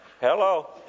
Hello